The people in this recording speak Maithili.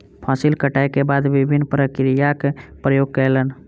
फसिल कटै के बाद विभिन्न प्रक्रियाक उपयोग कयलैन